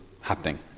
happening